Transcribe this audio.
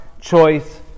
choice